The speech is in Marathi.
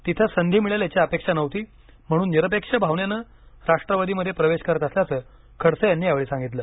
तिथे संधी मिळेल याची अपेक्षा नव्हती म्हणून निरपेक्ष भावनेनं राष्ट्रवादी मध्ये प्रवेश करत असल्याचं खडसे यांनी यावेळी सांगितलं